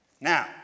Now